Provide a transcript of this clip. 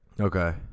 Okay